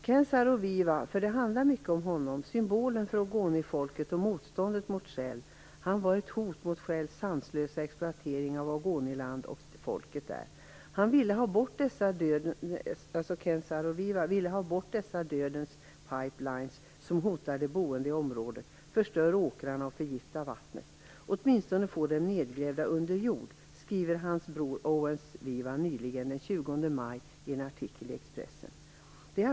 Ken Saro-Wiwa - för det handlar mycket om honom, symbolen för ogonifolket och motståndet mot Shell - var ett hot mot Shells sanslösa exploatering av Ogoniland och folket där. Han vill ha bort dessa dödens pipeliner, som hotar de boende i området, förstör åkrarna och förgiftar vattnet. Han ville att man åtminstone skulle gräva ned dem under jord, skriver hans bror Owens Wiwa nyligen, den 20 maj, i en artikel i Expressen.